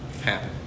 happen